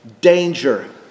danger